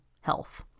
health